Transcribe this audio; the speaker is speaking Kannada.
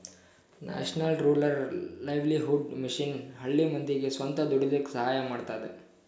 national rural livelihood mission ಹಳ್ಳಿ ಮಂದಿಗ್ ಸ್ವಂತ ದುಡೀಲಕ್ಕ ಸಹಾಯ ಮಾಡ್ತದ